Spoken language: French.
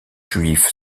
juif